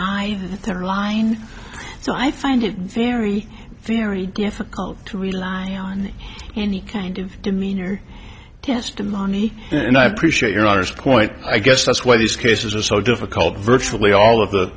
eye they're lying so i find it very very difficult to rely on any kind of demeanor testimony and i appreciate your daughter's point i guess that's why these cases are so difficult virtually all of the